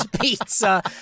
pizza